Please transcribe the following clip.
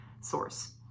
source